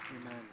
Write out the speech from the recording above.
Amen